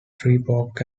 freeport